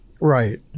Right